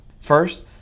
First